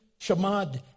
shamad